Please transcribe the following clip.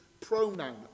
pronoun